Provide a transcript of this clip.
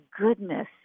goodness